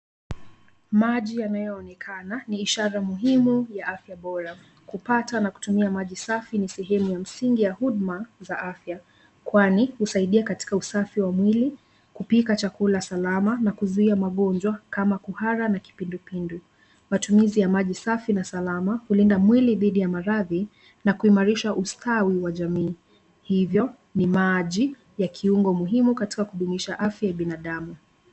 Maji yanayoonekana ni ishara muhimu ya afya bora kupata na kutumia maji safi ni sehemu ya msingi ya huduma za afya. Kwani husaidia katika usafi wa mwili, kupika chakula salama na kuzuia magonjwa kama kuhara na kipindupindu matumizi ya maji safi na salama hulinda mwili dhidi ya maradhi na kuimarisha ustawi wa jamii. Hivyo ni maji ya kiungo muhimu katika katika kudumisha afya ya binadamu.